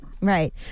Right